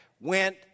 went